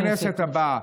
בכנסת הבאה.